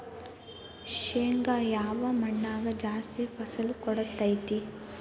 ಶೇಂಗಾ ಯಾವ ಮಣ್ಣಾಗ ಜಾಸ್ತಿ ಫಸಲು ಕೊಡುತೈತಿ?